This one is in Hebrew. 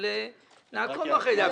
אבל נעקוב אחרי זה.